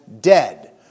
dead